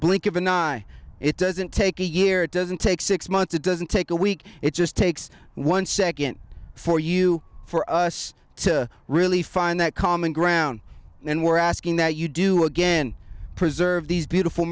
blink of an eye it doesn't take a year it doesn't take six months it doesn't take a week it just takes one second for you for us to really find that common ground and we're asking that you do again preserve these beautiful